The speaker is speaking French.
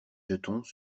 jetons